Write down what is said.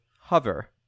hover